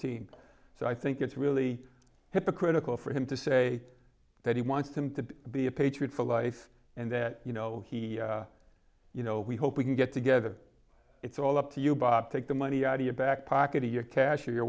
team so i think it's really hypocritical for him to say that he wants them to be a patriot for life and that you know he you know we hope we can get together it's all up to you bob take the money out of your back pocket to your cash or your